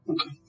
Okay